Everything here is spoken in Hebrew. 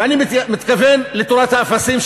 ואני מתכוון לתורת האפסים,